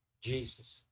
Jesus